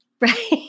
Right